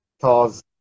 cause